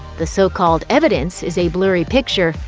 the so-called evidence is a blurry picture,